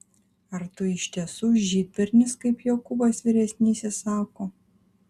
ar tu iš tiesų žydbernis kaip jokūbas vyresnysis sako